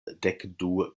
dekdu